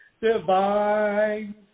Divine